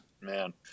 Man